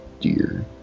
dear